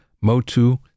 Motu